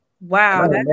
Wow